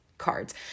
cards